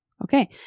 Okay